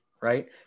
right